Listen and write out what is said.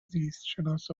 زیستشناس